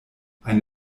eine